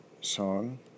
song